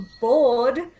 bored